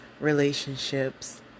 relationships